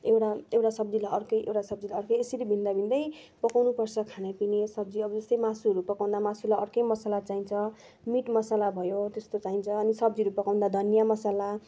एउटा एउटा सब्जीलाई अर्कै एउटा सब्जीलाई अर्कै यसरी भिन्न भिन्न पकाउनु पर्छ खानपिना सब्जी अब जस्तै मासुहरू पकाउँदा मासुलाई अर्कै मसला चाहिन्छ मिट मसला भयो त्यस्तो चाहिन्छ अनि सब्जीहरू पकाउँदा धनियाँ मसला